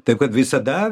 taip kad visada